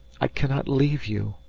i cannot leave you!